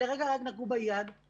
ולרגע רק נגעו ביד,